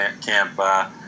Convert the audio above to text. camp